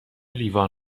لیوان